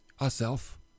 Ourself